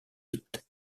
pitt